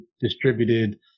distributed